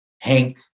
Hank